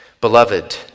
Beloved